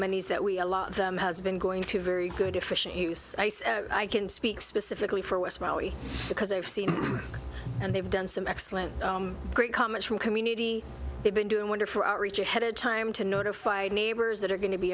monies that we allot them has been going to very good efficient use i can speak specifically for because i've seen and they've done some excellent great comments from community they've been doing wonderful outreach ahead of time to notify neighbors that are going to be